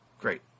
Great